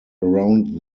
around